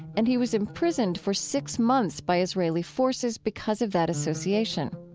and he was imprisoned for six months by israeli forces because of that association.